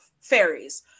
fairies